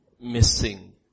missing